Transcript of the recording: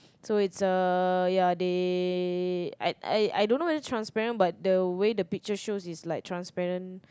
so it's a ya they I I I don't know whether transparent but the way the picture shows is like transparent